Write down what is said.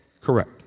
Correct